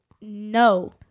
no